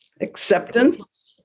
Acceptance